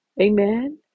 Amen